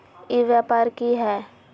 ई व्यापार की हाय?